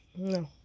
No